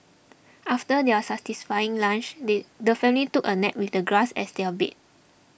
after their satisfying lunch they the family took a nap with the grass as their bed